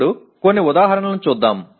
ఇప్పుడు కొన్ని ఉదాహరణలు చూద్దాం